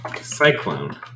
cyclone